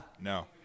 No